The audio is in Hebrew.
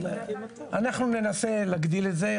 אנחנו ננסה להגדיל את זה.